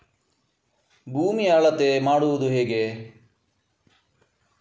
ಭೂಮಿಯ ಅಳತೆ ಮಾಡುವುದು ಹೇಗೆ?